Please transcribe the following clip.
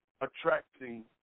attracting